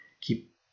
keep